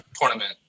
tournament